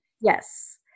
Yes